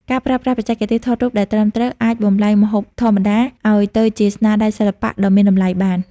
ការប្រើប្រាស់បច្ចេកទេសថតរូបដែលត្រឹមត្រូវ អាចបំប្លែងម្ហូបធម្មតាឱ្យទៅជាស្នាដៃសិល្បៈដ៏មានតម្លៃបាន។